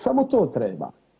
Samo to treba.